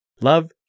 Love